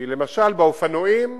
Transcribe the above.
למשל, באופנועים,